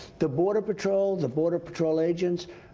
the border patrol, the border patrol agents,